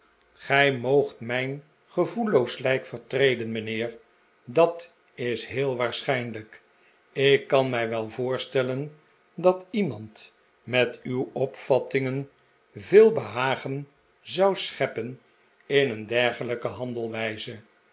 gij moogt mijn gevoelloos lijk vertreden mijnheer dat is heel waarschijnlijk ik kan mij wel voorstellen dat iemand met uw opvattingen veel behagen zou scheppen in een dergelijke